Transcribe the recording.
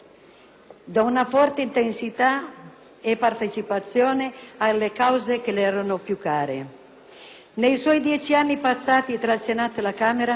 da una forte intensità e partecipazione alle cause che le erano più care. Nei suoi dieci anni passati tra il Senato e la Camera,